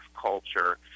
culture